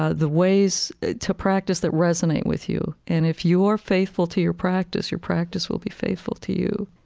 ah the ways to practice that resonate with you. and if you are faithful to your practice, your practice will be faithful to you.